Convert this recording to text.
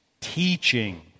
teaching